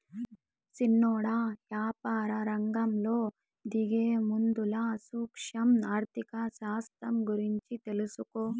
సిన్నోడా, యాపారరంగంలో దిగేముందల సూక్ష్మ ఆర్థిక శాస్త్రం గూర్చి తెలుసుకో